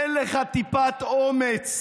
אין לך טיפת אומץ,